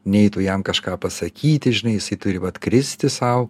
nei tu jam kažką pasakyti žinai jisai turi vat kristi sau